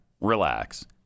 relax